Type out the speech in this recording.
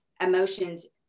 emotions